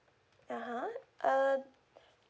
(uh huh) uh